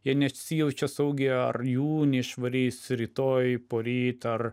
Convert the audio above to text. jie nesijaučia saugiai ar jų neišvarys rytoj poryt ar